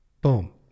boom